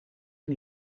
een